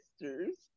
Sisters